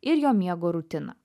ir jo miego rutiną